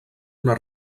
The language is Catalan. una